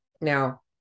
Now